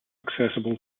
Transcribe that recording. accessible